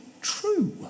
true